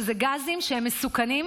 שהם גזים מסוכנים,